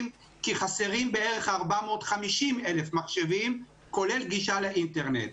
כי חסרים בערך 450,000 מחשבים כולל גישה לאינטרנט.